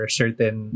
certain